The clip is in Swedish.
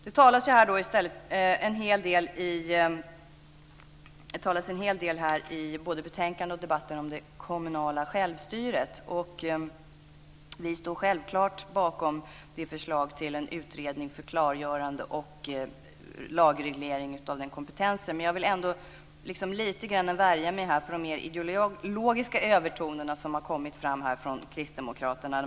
Det talas här en hel del i både betänkandet och debatten om det kommunala självstyret. Vi står självklart bakom det förslag till en utredning för klargörande och lagreglering av kompetensen. Men jag vill ändå lite värja mig för de mer ideologiska övertoner som har kommit fram från Kristdemokraterna.